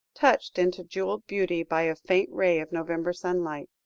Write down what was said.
touched into jewelled beauty by a faint ray of november sunlight.